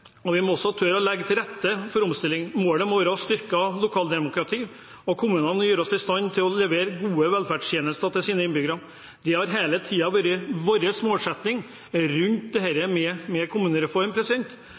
og vi må også tørre å legge til rette for omstilling. Målet må være et styrket lokaldemokrati, og kommunene må settes i stand til å levere gode velferdstjenester til sine innbyggere. Det har hele tiden vært vår målsetting rundt